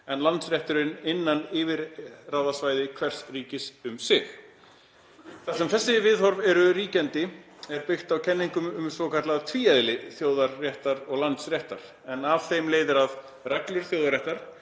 en landsrétturinn innan yfirráðasvæðis hvers ríkis um sig. Þar sem þessi viðhorf eru ríkjandi er byggt á kenningum um svokallað tvíeðli þjóðaréttar og landsréttar en af því leiðir að reglur þjóðaréttar